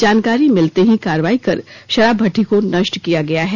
जानकारी मिलते ही करवाई कर शराब भट्टी को नष्ट किया गया है